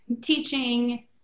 teaching